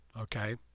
Okay